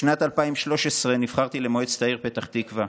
בשנת 2013 נבחרתי למועצת העיר פתח תקווה.